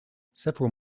several